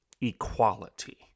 equality